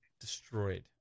destroyed